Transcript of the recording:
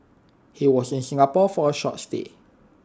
he was in Singapore for A short stay